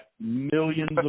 millions